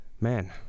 Man